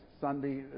Sunday